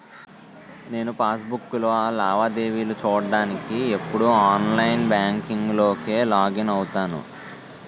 నేను పాస్ బుక్కులో లావాదేవీలు చూడ్డానికి ఎప్పుడూ ఆన్లైన్ బాంకింక్ లోకే లాగిన్ అవుతాను